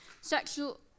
Sexual